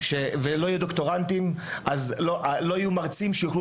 ולא יהיו דוקטורנטים לא יהיו מרצים שיוכלו